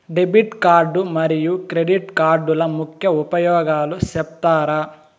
Debit card మరియు credit కార్డుల ముఖ్య ఉపయోగాలు సెప్తారా?